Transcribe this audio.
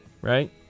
right